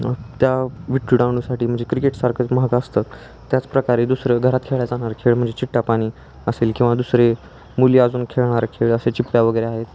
त्या विट दाडूसाटी म्हणजे क्रिकेटसारखंच महाग असतं त्याचप्रकारे दुसरं घरात खेळा जाणारे खेळ म्हणजे चिट्टा पाणी असेल किंवा दुसरे मुली अजून खेळणार खेळ असे चिपट्या वगरे आहेत